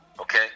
Okay